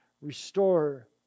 restore